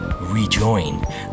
rejoin